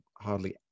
hardly